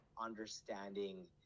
understanding